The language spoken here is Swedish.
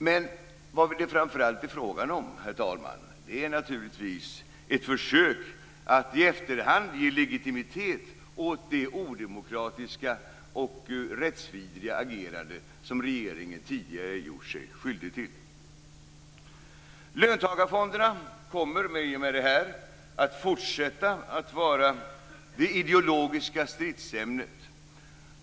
Men vad det framför allt är fråga om, herr talman, är naturligtvis ett försök att i efterhand ge legitimitet åt det odemokratiska och rättsvidriga agerande som regeringen tidigare gjort sig skyldig till. Löntagarfonderna kommer i och med detta att fortsätta att vara det ideologiska stridsämnet.